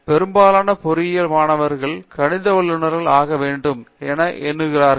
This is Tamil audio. பெரும்பாலான பொறியியல் மாணவர்களை கணித வல்லுநர்கள் ஆக வேண்டும் என எண்ணுகிறார்கள்